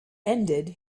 ended